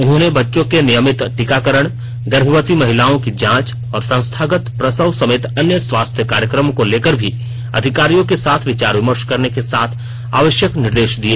उन्होंने बच्चों के नियमित टीकाकरण गर्भवती महिलाओं की जांच और संस्थागत प्रसव समेत अन्य स्वास्थ्य कार्यक्रमों को लेकर भी अधिकारियों के साथ विचार विमर्श करने के साथ आवश्यक निर्देश दिए